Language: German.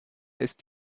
ist